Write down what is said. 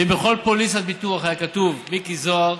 ואם בכל פוליסת ביטוח היה כתוב: מיקי זוהר,